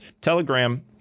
Telegram